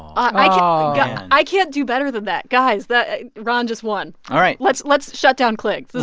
i can't do better than that. guys, that ron just won all right let's let's shut down clig.